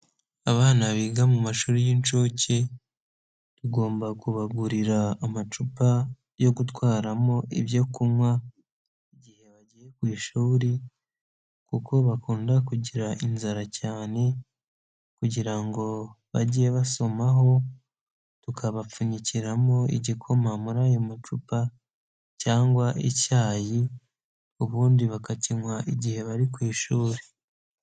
Abana biga mu mashuri y'inshuke tugomba kubagurira amacupa yo gutwaramo ibyo kunywa igihe bagiye ku ishuri, kuko bakunda kugira inzara cyane, kugira ngo bajye basomaho, tukabapfunyikiramo igikoma muri ayo macupa, cyangwa icyayi. Ubundi bakakinywa igihe bari ku ishuri.